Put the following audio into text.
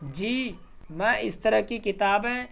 جی میں اس طرح کی کتابیں